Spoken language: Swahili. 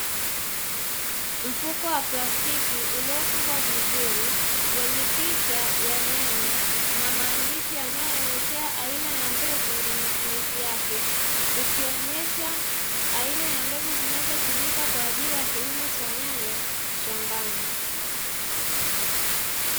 Mfuko wa plastiki uliofungwa vizuri wenye picha ya nyanya na maandishi yanayoelezea aina ya mbegu na matumizi yake, ukionyesha aina ya mbegu zinazotumika kwa ajili ya kilimo cha nyanya shambani.